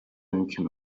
mümkün